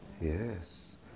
Yes